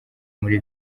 muri